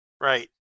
Right